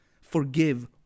Forgive